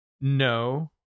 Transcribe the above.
No